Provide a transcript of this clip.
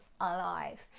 alive